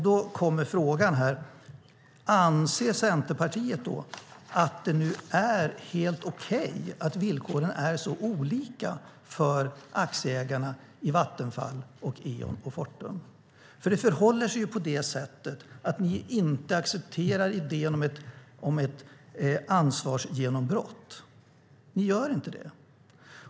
Då kommer frågan här: Anser Centerpartiet att det nu är helt okej att villkoren är så olika för aktieägarna i Vattenfall, Eon och Fortum? Det förhåller sig ju på det sättet att ni inte accepterar idén om ett ansvarsgenombrott. Ni gör inte det.